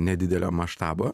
nedidelio maštabo